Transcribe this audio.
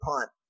punt